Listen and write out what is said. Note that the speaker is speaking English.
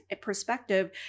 perspective